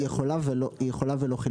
היא יכולה ולא חילקה.